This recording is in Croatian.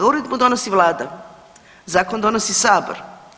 Uredbu donosi vlada, zakon donosi sabor.